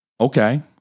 Okay